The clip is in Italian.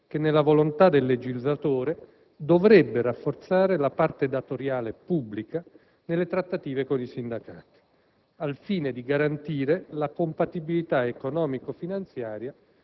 che nella volontà del legislatore dovrebbe rafforzare la parte datoriale pubblica nelle trattative con i sindacati al fine di garantire la compatibilità economico-finanziaria